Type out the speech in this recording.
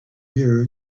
year